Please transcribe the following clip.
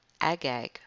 Agag